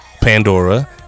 Pandora